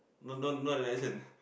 no no not the license